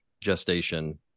gestation